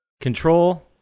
Control